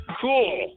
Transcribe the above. Cool